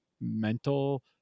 mental